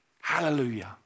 Hallelujah